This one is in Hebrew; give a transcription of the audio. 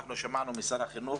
אנחנו שמענו משר החינוך